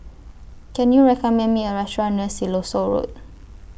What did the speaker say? Can YOU recommend Me A Restaurant near Siloso Road